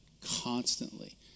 constantly